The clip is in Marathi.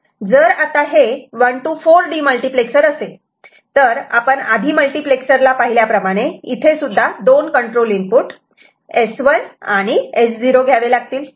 जर आता हे 1 to 4 डीमल्टिप्लेक्सर असेल तर आपण आधी मल्टिप्लेक्सरला पाहिल्याप्रमाणे इथेसुद्धा दोन कंट्रोल इनपुट S1 आणि S0 घ्यावे लागतील